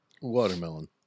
Watermelon